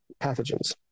pathogens